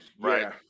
Right